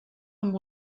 amb